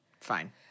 Fine